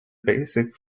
basic